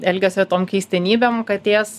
elgiasio tom keistenybėm katės